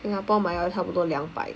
Singapore 买要差不多两百